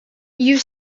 you